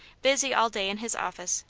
busy all day in his office,